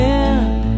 end